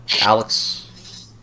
Alex